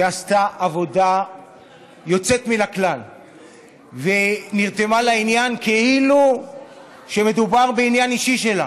שעשתה עבודה יוצאת מן הכלל ונרתמה לעניין כאילו שמדובר בעניין אישי שלה,